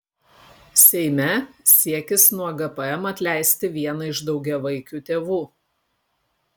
seime siekis nuo gpm atleisti vieną iš daugiavaikių tėvų